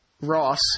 Ross